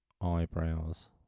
Eyebrows